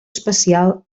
especial